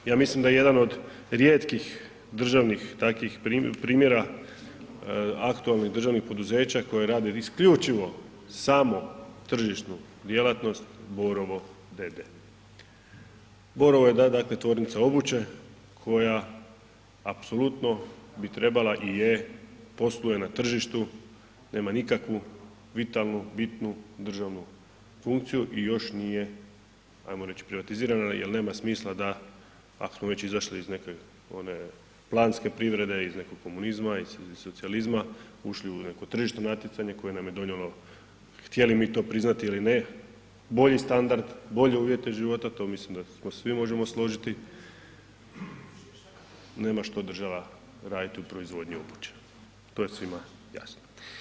Ja mislim da je jedan od rijetkih državnih takvih primjera aktualnih državnih poduzeća koje rade isključivo samo tržišnu djelatnost Borovo d.d., Borovo je da, dakle tvornica obuće koja apsolutno bi trebala i je posluje na tržištu, nema nikakvu vitalnu, bitnu državnu funkciju i još nije, ajmo reć, privatizirana jel nema smisla da, ak smo već izašli iz neke one planske privrede, iz nekog komunizma ili socijalizma, ušli u neko tržišno natjecanje koje nam je donijelo, htjeli mi to priznati ili ne, bolji standard, bolje uvjete života, to mislim da se svi možemo složiti, nema što država raditi u proizvodnji obuće, to je svima jasno.